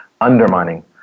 undermining